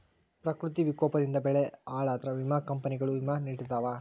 ಪ್ರಕೃತಿ ವಿಕೋಪದಿಂದ ಬೆಳೆ ಹಾಳಾದ್ರ ವಿಮಾ ಕಂಪ್ನಿಗಳು ವಿಮಾ ನಿಡತಾವ